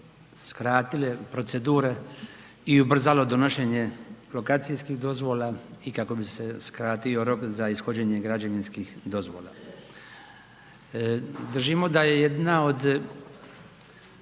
skratile procedure i ubrzalo donošenje lokacijskih dozvola i kako bi se skratio rok za ishođenje građevinskih dozvola. Držimo da je jedna od